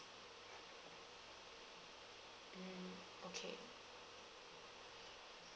mm okay